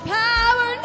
power